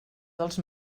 dels